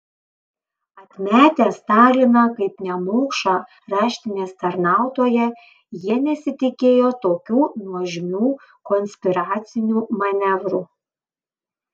atmetę staliną kaip nemokšą raštinės tarnautoją jie nesitikėjo tokių nuožmių konspiracinių manevrų